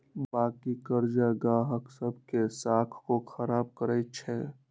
बाँकी करजा गाहक सभ के साख को खराब करइ छै